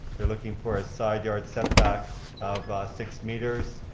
they're looking for a side-yard setback of six meters.